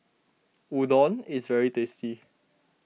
Udon is very tasty